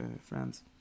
friends